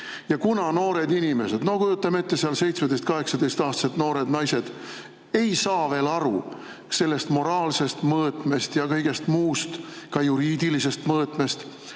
ja kuna noored inimesed, no kujutame ette, 17–18-aastased noored naised, ei saa veel aru sellest moraalsest mõõtmest ja kõigest muust, ka juriidilisest mõõtmest,